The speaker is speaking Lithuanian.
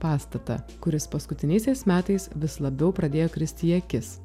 pastatą kuris paskutiniaisiais metais vis labiau pradėjo kristi į akis